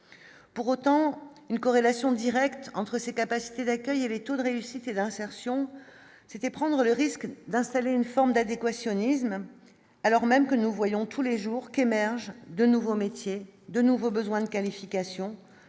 pour autant une corrélation directe entre ses capacités d'accueil et les taux de réussite et d'insertion, c'était prendre le risque d'installer une forme d'. L'équation Nice Nisman alors même que nous voyons tous les jours qu'émergent de nouveaux métiers, de nouveaux besoins de qualification